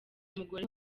umugore